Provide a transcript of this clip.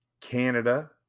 Canada